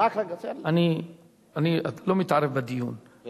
אני לא מתערב בדיון,